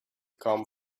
come